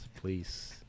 please